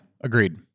agreed